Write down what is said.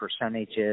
percentages